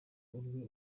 urwe